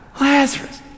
Lazarus